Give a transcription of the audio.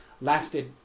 lasted